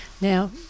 Now